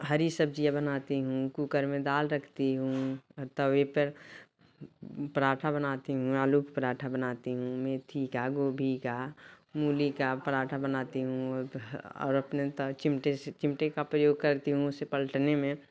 हरी सब्ज़ियाँ बनाती हूँ कूकर में दाल रखती हूँ तवे पर पराठा बनाती हूँ आलू का पराठा बनाती हूँ मेथी का गोभी का मूली का पराठा बनाती हूँ और अपने त चिमटे से चिमटे का प्रयोग करती हूँ उसे पलटने में